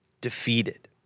defeated